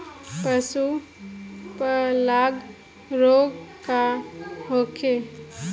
पशु प्लग रोग का होखे?